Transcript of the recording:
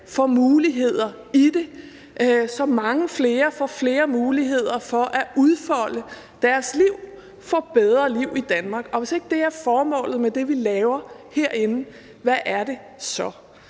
får muligheder i det, og sådan at mange flere får flere muligheder for at udfolde deres liv og få et bedre liv i Danmark. Og hvis ikke det er formålet med det, vi laver herinde, hvad er så?